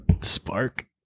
Spark